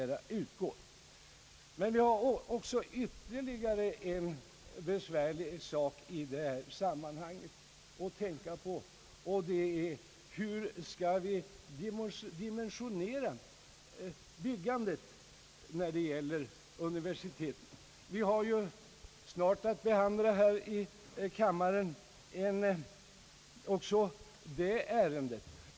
I detta sammanhang har vi ytterligare en besvärlig sak att tänka på: Hur skall vi dimensionera byggandet när det gäller universiteten? Vi har snart att behandla också det ärendet i kammaren.